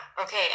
Okay